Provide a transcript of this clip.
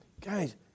guys